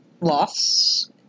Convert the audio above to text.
loss